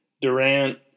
durant